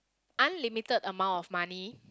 unlimited amount of money